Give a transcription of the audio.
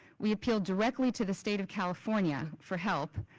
we appealed directly to the state of california for help,